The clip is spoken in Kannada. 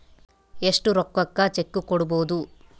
ಎಷ್ಟು ರೊಕ್ಕಕ ಚೆಕ್ಕು ಕೊಡುಬೊದು